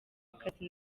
akazi